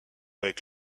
avec